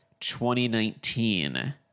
2019